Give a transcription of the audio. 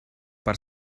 per